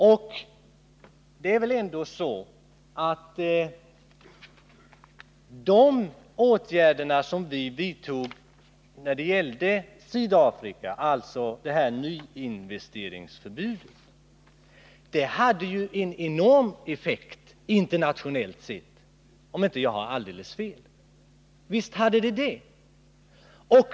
Och det är väl ändå så att de åtgärder som vi vidtog när det gällde Sydafrika —- alltså nyinvesteringsförbudet — hade en enorm effekt internationellt sett, om jag inte tar alldeles fel. Visst hade de det!